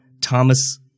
Thomas